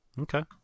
okay